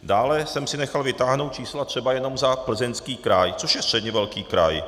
Dále jsem si nechal vytáhnout čísla třeba jenom za Plzeňský kraj, což je středně velký kraj.